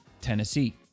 Tennessee